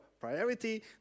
priority